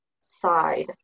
side